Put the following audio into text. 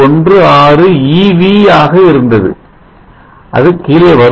16 eV ஆக இருந்தது அது கீழே வரும்